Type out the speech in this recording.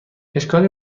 اشکالی